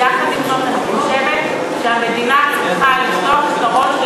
יחד עם זאת אני חושבת שהמדינה צריכה למצוא פתרון,